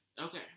Okay